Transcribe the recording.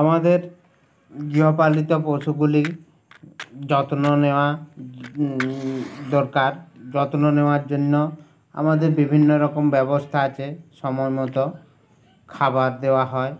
আমাদের গৃহপালিত পশুগুলি যত্ন নেওয়া দরকার যত্ন নেওয়ার জন্য আমাদের বিভিন্ন রকম ব্যবস্থা আছে সময় মতো খাবার দেওয়া হয়